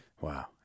Wow